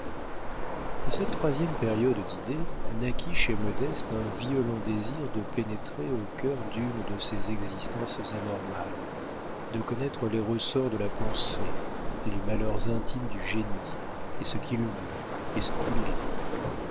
de cette troisième période d'idées naquit chez modeste un violent désir de pénétrer au cœur d'une de ces existences anormales de connaître les ressorts de la pensée les malheurs intimes du génie et ce qu'il veut et ce qu'il est